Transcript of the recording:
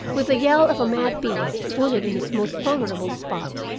with the yell of a mad beast wounded in his most vulnerable spot,